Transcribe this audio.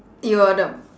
you are the